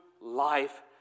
life